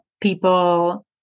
people